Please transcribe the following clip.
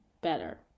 better